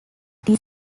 this